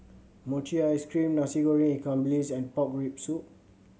mochi ice cream Nasi Goreng ikan bilis and pork rib soup